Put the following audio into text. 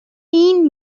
این